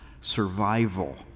survival